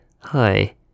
hi